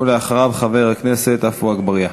ואחריו, חבר הכנסת עפו אגבאריה.